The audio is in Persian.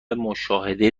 مشاهده